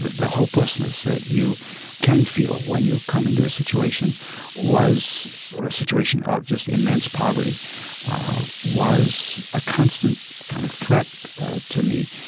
the hopelessness that you can feel when you come into a situation was a situation of just immense poverty was a constant kind of threat to me.